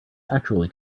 actually